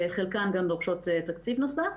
חלקן גם דורשות תקציב נוסף,